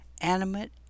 animate